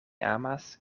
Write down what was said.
amas